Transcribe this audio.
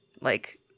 like-